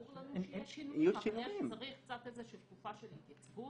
ברור לנו שיהיה שינוי, אבל צריך תקופה של התייצבות